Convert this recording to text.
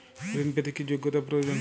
ঋণ পেতে কি যোগ্যতা প্রয়োজন?